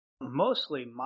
Mostly